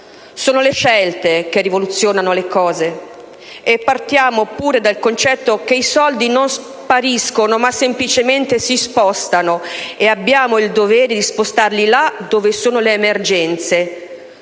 sono le scelte che rivoluzionano le cose. Partiamo pure dal concetto che i soldi non spariscono, ma semplicemente si spostano e abbiamo il dovere di spostarli là dove sono le emergenze.